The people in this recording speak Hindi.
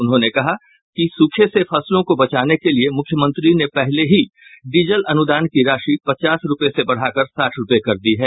उन्होंने कहा कि सूखे से फसलों को बचाने के लिये मुख्यमंत्री ने पहले ही डीजल अनुदान की राशि पचास रूपये से बढ़ाकर साठ रूपये कर दी है